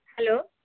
hello